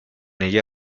ella